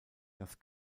das